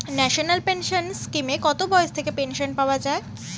National pension স্কিমে কত বয়স থেকে পেনশন পাওয়া যায়?